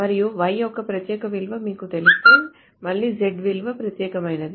మరియు Y యొక్క ప్రత్యేక విలువ మీకు తెలిస్తే మళ్లీ Z విలువ ప్రత్యేకమైనది